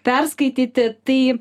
perskaityti tai